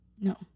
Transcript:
No